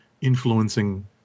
influencing